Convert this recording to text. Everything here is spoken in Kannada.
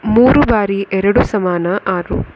ಮೂರು ಬಾರಿ ಎರಡು ಸಮಾನ ಆರು